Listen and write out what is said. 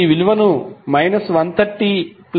మీరు ఈ విలువను 130 30